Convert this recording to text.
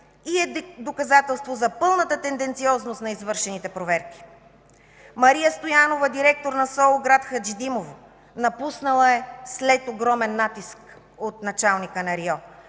и е доказателство за пълната тенденциозност на извършените проверки. Мария Стоянова, директор на СОУ – град Хаджидимово, напуснала е след огромен натиск от началника на РИО.